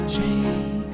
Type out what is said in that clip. Train